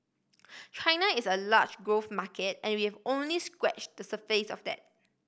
China is a large growth market and we have only scratched the surface of that